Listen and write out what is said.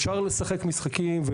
אפשר לשחק משחקים,